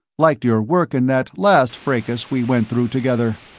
liked your work in that last fracas we went through together.